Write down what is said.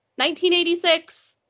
1986